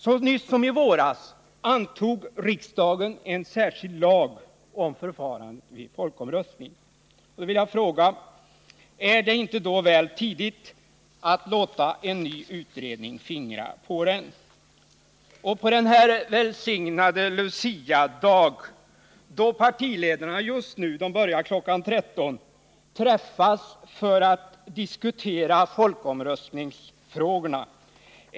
Så sent som i våras antog riksdagen en särskild lag om förfarandet vid folkomröstning, och därför vill jag fråga: Är det inte då väl tidigt att låta en ny utredning fingra på den? På denna välsignade Luciadag, just nu, träffas partiledarna — de började kl. 13 — för att diskutera folkomröstningsfrågorna.